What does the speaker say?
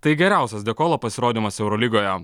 tai geriausias de colo pasirodymas eurolygoje